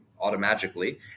Automatically